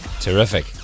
Terrific